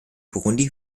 burundi